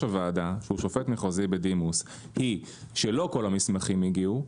הוועדה שהוא שופט מחוזי בדימוס היא שלא כל המסמכים הגיעו,